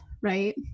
right